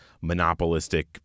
monopolistic